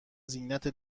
زینت